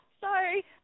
Sorry